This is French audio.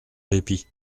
répit